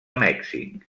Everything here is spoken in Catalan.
mèxic